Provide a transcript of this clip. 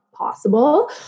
possible